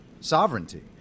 sovereignty